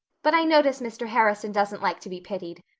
but i notice mr. harrison doesn't like to be pitied.